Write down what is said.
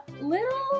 little